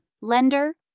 lender